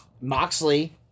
Moxley